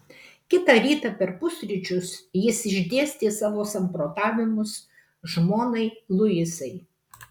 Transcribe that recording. kitą rytą per pusryčius jis išdėstė savo samprotavimus žmonai luisai